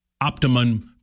optimum